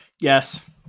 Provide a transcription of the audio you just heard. Yes